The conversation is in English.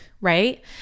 right